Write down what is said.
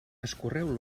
escorreu